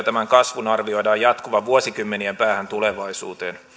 tämän kasvun arvioidaan jatkuvan vuosikymmenien päähän tulevaisuuteen